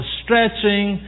stretching